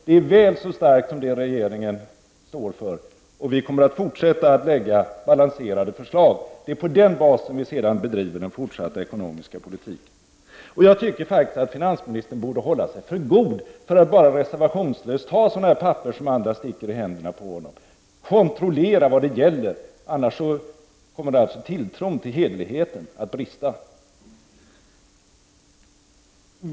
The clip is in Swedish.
Det är väl så starkt som det regeringen står för, och vi kommer att fortsätta att lägga fram balanserade förslag. Det är på den basen vi sedan bedriver den fortsatta ekonomiska politiken. Jag tycker faktiskt att finansministern borde hålla sig för god för att bara reservationslöst ta sådana här papper som andra sticker i händerna på honom. Kontrollera vad det gäller! Annars kommer alltså tilltron till hederligheten att brista.